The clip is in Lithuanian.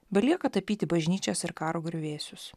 belieka tapyti bažnyčias ir karo griuvėsius